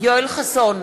יואל חסון,